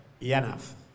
enough